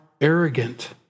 arrogant